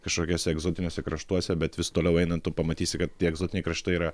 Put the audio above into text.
kažkokiuose egzotiniuose kraštuose bet vis toliau einant tu pamatysi kad tie egzotiniai kraštai yra